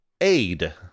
Aid